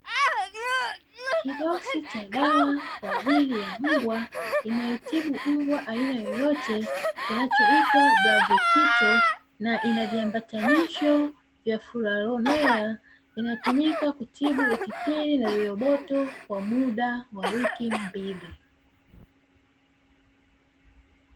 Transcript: Kiboksi cha dawa kwa ajili ya mbwa inayotibu mbwa aina yoyote na inaviambatanisho vya furaha nayo inatumika kutibu utitiri na viroboto kwa muda wa wiki mbili.